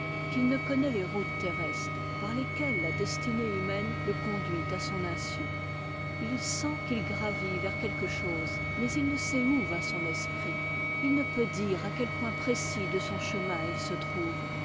qu'il ne connaît les routes terrestres par lesquelles la destinée humaine le conduit à son insu il sent qu'il gravit vers quelque chose mais il ne sait où va son esprit il ne peut dire à quel point précis de son chemin il se trouve